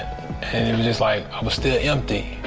and it was just like i was still empty.